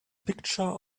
picture